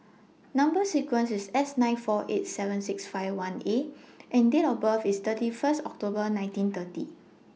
Number sequence IS S nine four eight seven six fifty one A and Date of birth IS thirty First October nineteen thirty